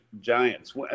Giants